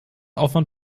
aufwand